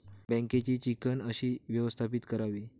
बँकेची चिकण कशी व्यवस्थापित करावी?